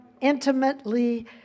intimately